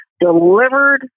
delivered